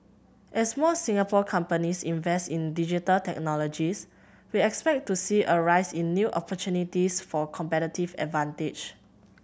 as more Singapore companies invest in Digital Technologies we expect to see a rise in new opportunities for competitive advantage